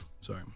sorry